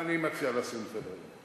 אני מציע להסיר מסדר-היום.